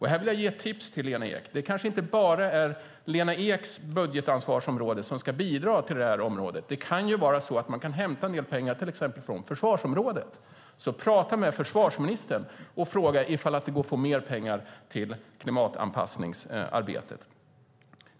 Här vill jag ge ett tips till Lena Ek. Det kanske inte bara är Lena Eks budgetansvarsområde som ska bidra till klimatanpassningsarbetet. Man kan kanske hämta en del pengar från exempelvis försvarsområdet. Tala med försvarsministern och fråga ifall det går att få mer pengar till klimatanpassningsarbetet.